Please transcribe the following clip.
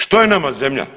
Što je nama zemlja?